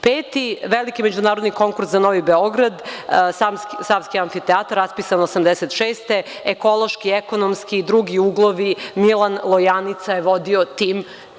Peti veliki međunarodni konkurs za Novi Beograd, Savski amfiteatar raspisan 1986. godine, ekološki, ekonomski i drugi uglovi, a Milan Lojanica je vodio tim.